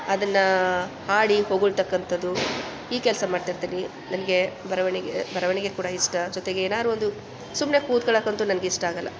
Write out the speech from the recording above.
ಅದನ್ನು ಆಡಿ ಹೊಗಳ್ತಕ್ಕಂಥದ್ದು ಈ ಕೆಲಸ ಮಾಡ್ತಿರ್ತೀನಿ ನನಗೆ ಬರವಣಿಗೆ ಬರವಣಿಗೆ ಕೂಡ ಇಷ್ಟ ಜೊತೆಗೆ ಏನಾದ್ರು ಒಂದು ಸುಮ್ಮನೆ ಕೂತ್ಕೊಳ್ಳೋಕ್ಕಂತೂ ನನಗಿಷ್ಟ ಆಗೋಲ್ಲ